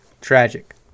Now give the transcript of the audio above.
Tragic